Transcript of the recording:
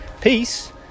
peace